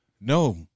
No